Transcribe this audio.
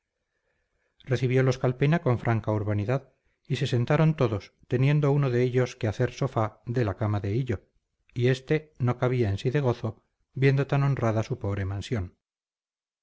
gracia recibiolos calpena con franca urbanidad y se sentaron todos teniendo uno de ellos que hacer sofá de la cama de hillo y este no cabía en sí de gozo viendo tan honrada su pobre mansión